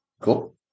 Cool